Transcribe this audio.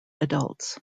adults